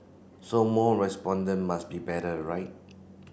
so more respondent must be better right